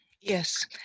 yes